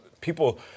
people